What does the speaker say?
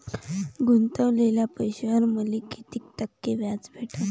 गुतवलेल्या पैशावर मले कितीक टक्के व्याज भेटन?